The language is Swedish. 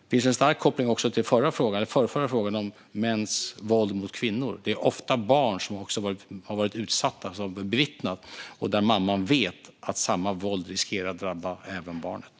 Det finns en stark koppling till den förrförra frågan, om mäns våld mot kvinnor. Det handlar ofta om barn som har varit utsatta för att bevittna det. Och mamman vet att samma våld riskerar att drabba även barnet.